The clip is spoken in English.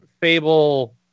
Fable